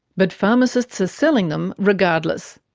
but pharmacists are selling them regardless,